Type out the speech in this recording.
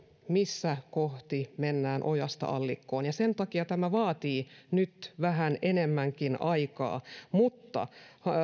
missä kohti mennään ojasta allikkoon ja sen takia tämä vaatii nyt vähän enemmänkin aikaa mutta